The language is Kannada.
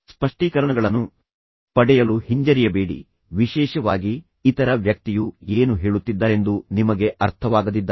ಸ್ಪಷ್ಟೀಕರಣಗಳನ್ನು ಪಡೆಯಲು ಹಿಂಜರಿಯಬೇಡಿ ವಿಶೇಷವಾಗಿ ಇತರ ವ್ಯಕ್ತಿಯು ಏನು ಹೇಳುತ್ತಿದ್ದಾರೆಂದು ನಿಮಗೆ ಅರ್ಥವಾಗದಿದ್ದಾಗ